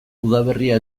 udaberria